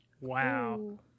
Wow